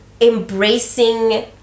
Embracing